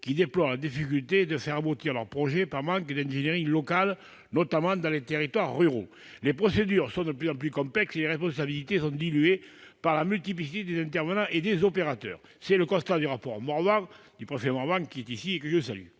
qui déplorent la difficulté de faire aboutir leurs projets par manque d'ingénierie locale, notamment dans les territoires ruraux. Les procédures sont de plus en plus complexes et les responsabilités sont diluées du fait de la multiplicité des intervenants et des opérateurs. C'est le constat que dresse le préfet Morvan dans son rapport. Ce